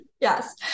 Yes